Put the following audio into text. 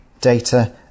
data